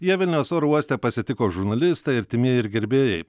ją vilniaus oro uoste pasitiko žurnalistai artimieji ir gerbėjai